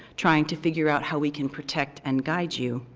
trying to figure out how we can protect and guide you.